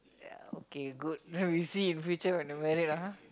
ya okay good then we see in future when you're married ah